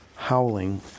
howling